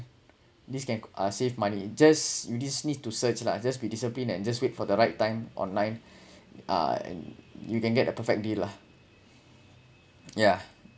this can uh save money just you just need to search lah just be disciplined and just wait for the right time online uh and you can get a perfect deal lah yeah